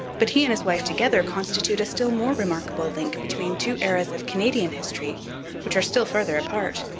but he and his wife together constitute a still more remarkable link between two eras of canadian history which are still farther apart.